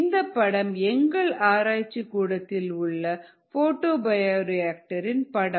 இந்தப் படம் எங்கள் ஆராய்ச்சிக்கூடத்தில் உள்ள போட்டோ பயோரியாக்டர் இன் படம்